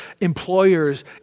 employers